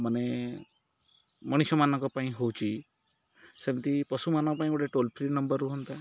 ମାନେ ମଣିଷମାନଙ୍କ ପାଇଁ ହେଉଛି ସେମିତି ପଶୁମାନଙ୍କ ପାଇଁ ଗୋଟେ ଟୋଲ୍ ଫ୍ରି ନମ୍ବର ରୁହନ୍ତା